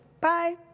Bye